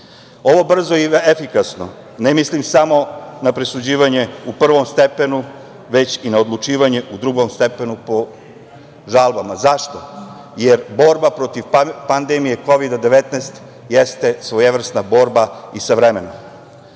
brzo i efikasno ne mislim samo na presuđivanje u prvom stepenu, već i na odlučivanje u drugom stepenu, po žalbama. Zašto? Jer borba protiv pandemije Kovida 19 jeste svojevrsna borba i sa vremenenom.